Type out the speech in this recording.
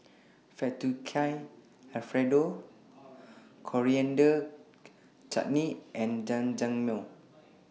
Fettuccine Alfredo Coriander Chutney and Jajangmyeon